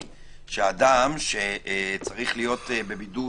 האם שאדם שצריך להיות בבידוד,